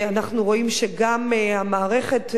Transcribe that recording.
אנחנו רואים שהמערכת קורסת,